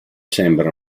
sembra